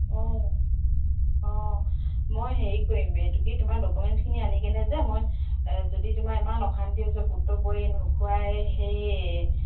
অঁ অঁ মই হেৰি কৰিম এইটো কি তোমাৰ ডকুমেণ্টছখিনি আন কেনে যে মই যদি তোমাৰ ইমান অশান্তি হৈছে পুত্ৰ বোৱাৰীয়ে নোখোৱাই সেই